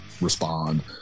respond